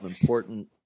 important